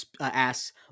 asks